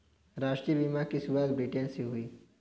राष्ट्रीय बीमा की शुरुआत ब्रिटैन से हुई